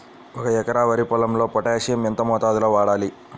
ఒక ఎకరా వరి పొలంలో పోటాషియం ఎంత మోతాదులో వాడాలి?